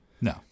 No